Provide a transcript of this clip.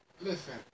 Listen